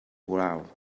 ground